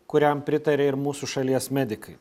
kuriam pritarė ir mūsų šalies medikai